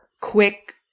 quick